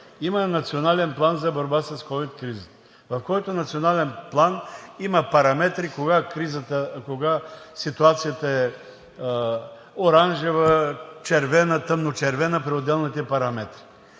Има Национален план за борба с ковид кризата, в който Национален план има параметри кога ситуацията е оранжева, червена, тъмночервена при отделните параметри,